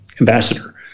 ambassador